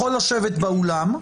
יכול לשבת באולם.